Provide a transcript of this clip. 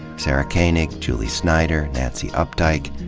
sarah koenig, julie snyder, nancy updike,